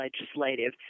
legislative